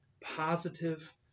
positive